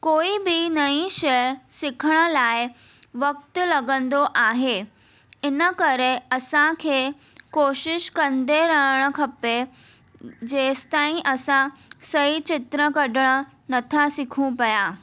कोई बि नई शइ सिखण लाइ वक़्तु लॻंदो आहे इन करे असांखे कोशिशि कंदे रहणु खपे जेंसिताईं असां सही चित्र न कढण नथा सिखूं पिया